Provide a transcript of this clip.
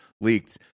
leaked